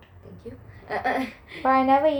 thank you